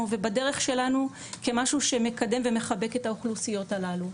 ובדרך שלנו כמשהו שמקדם ומחבק את האוכלוסיות הללו.